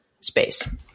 space